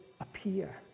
appear